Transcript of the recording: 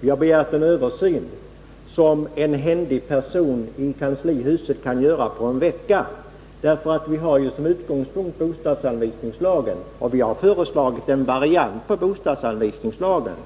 Vi har begärt en översyn, som en flyhänt person i kanslihuset kan göra på en vecka. Utgångspunkten är bostadsanvisningslagen, och vi har föreslagit en variant av den, en variant